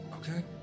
Okay